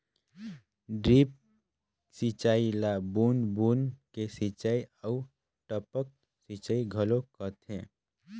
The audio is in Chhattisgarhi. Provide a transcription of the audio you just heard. ड्रिप सिंचई ल बूंद बूंद के सिंचई आऊ टपक सिंचई घलो कहथे